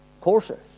courses